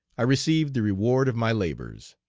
i received the reward of my labors,